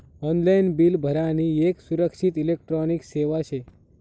online bill भरानी येक सुरक्षित इलेक्ट्रॉनिक सेवा शे